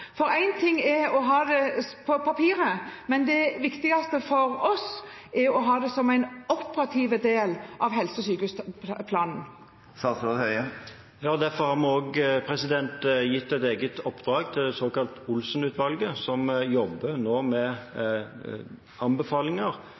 ting er å ha det på papiret, men det viktigste for oss er å ha det som en operativ del av helse- og sykehusplanen. Det er derfor vi har gitt et eget oppdrag til det såkalte Olsen-utvalget, som nå jobber med anbefalinger.